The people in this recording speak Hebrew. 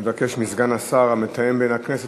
אני מבקש מסגן השר המתאם בין הכנסת